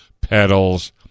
pedals